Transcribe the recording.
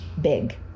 big